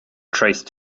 traced